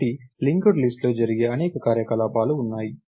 కాబట్టి linked list లో జరిగే అనేక కార్యకలాపాలు ఉన్నాయి